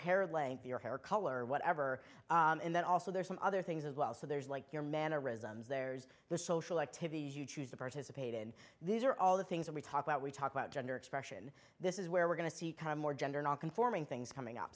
length your hair color whatever and then also there are some other things as well so there's like your mannerisms there's the social activities you choose to participate in these are all the things that we talk about we talk about gender expression this is where we're going to see more gender nonconforming things coming up